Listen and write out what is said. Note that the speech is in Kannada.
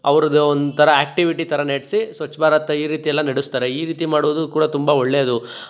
ಅವರದೆ ಒಂಥರ ಆ್ಯಕ್ಟಿವಿಟಿ ಥರ ನಡ್ಸಿ ಸ್ವಚ್ ಭಾರತ್ ಈ ರೀತಿಯೆಲ್ಲ ನಡೆಸ್ತಾರೆ ಈ ರೀತಿ ಮಾಡೋದು ಕೂಡ ತುಂಬ ಒಳ್ಳೇದು